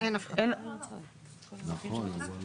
לא